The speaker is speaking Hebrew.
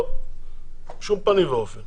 לא, בשום פנים ואופן.